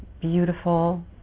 beautiful